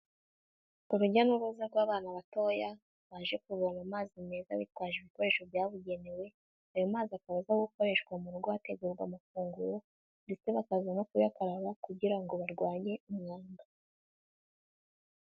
Urujya n'uruza rw'abana batoya baje kuvoma amazi meza bitwaje ibikoresho byabugenewe, ayo mazi akaba aza gukoreshwa mu rugo hategurwa amafunguro ndetse bakaza no kuyakaraba kugira ngo barwanye umwanda.